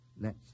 lets